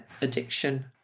Addiction